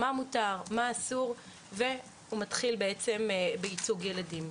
מה מותר ומה אסור ואז הוא מתחיל בייצוג ילדים.